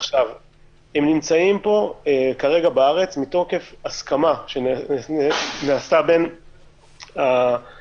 הם נמצאים כרגע בארץ מתוקף הסכמה שנעשתה בין הממשלה,